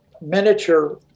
miniature